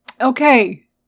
okay